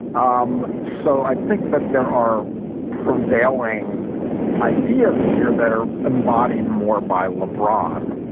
um so i think that there are prevailing ideas here that are embodied more by lebron.